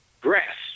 grass